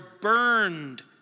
burned